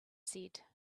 said